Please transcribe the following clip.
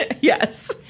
Yes